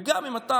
וגם אם אתה,